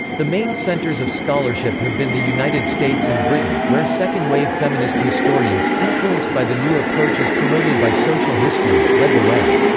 the main centers of scholarship have been the united states and britain, where second-wave feminist historians, influenced by the new approaches promoted by social history, led the way.